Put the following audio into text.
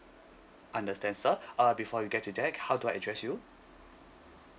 understand sir uh before you get to that how do I address you